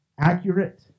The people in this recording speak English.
accurate